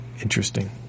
Interesting